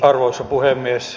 arvoisa puhemies